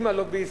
עם הלוביסטים,